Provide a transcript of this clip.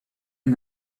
and